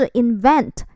invent